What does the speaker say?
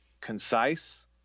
concise